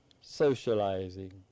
socializing